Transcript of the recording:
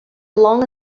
long